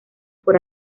por